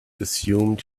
assumed